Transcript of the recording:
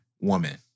woman